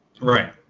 Right